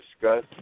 discuss